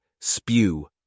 spew